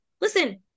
listen